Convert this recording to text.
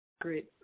Great